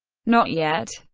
not yet.